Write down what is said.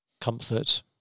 comfort